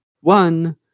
one